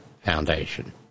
Foundation